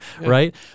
right